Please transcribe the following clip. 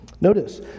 Notice